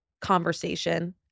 conversation